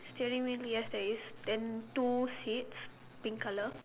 steering wheel yes there is then two seats pink colour